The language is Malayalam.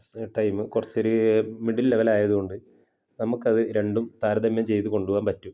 ടൈം കുറച്ചൊരു മിഡിൽ ലെവലായതുകൊണ്ട് നമ്മക്കത് രണ്ടും താരതമ്യം ചെയ്തുകൊണ്ട് പോകാൻ പറ്റും